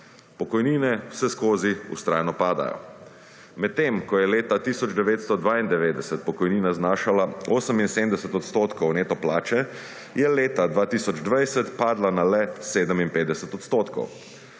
Pokojnine vse skozi vztrajno padajo. Med tem ko je leta 1992 pokojnina znašala 87 % neto plače je leta 2020 padla na le 57 %.